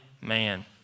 man